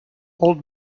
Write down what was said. old